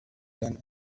done